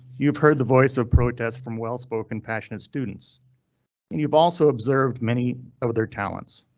you've heard the voice of protest from well spoken, passionate students. and you've also observed many of their talents.